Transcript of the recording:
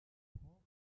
will